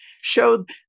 showed